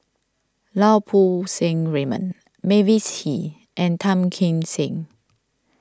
Lau Poo Seng Raymond Mavis Hee and Tan Kim Seng